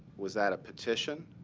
was that a petition?